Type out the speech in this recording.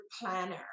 planner